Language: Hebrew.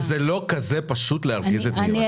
וזה לא כזה פשוט להרגיז את נירה.